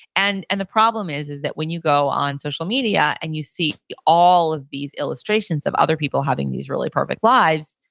and and the problem is, is that when you go on social media, and you see all of these illustrations of other people having these really perfect lives,